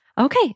Okay